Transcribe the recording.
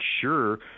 sure